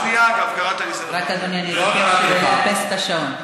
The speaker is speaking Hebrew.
יש כללים ויש תקנון.